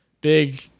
Big